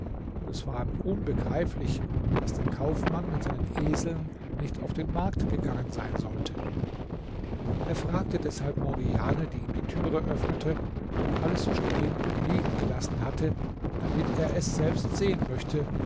und es war ihm unbegreiflich daß der kaufmann mit seinen eseln nicht auf den markt gegangen sein solle er fragte deshalb morgiane die ihm die türe öffnete und alles so stehen und liegen gelassen hatte damit er es selbst sehen möchte